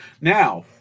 Now